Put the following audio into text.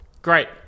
great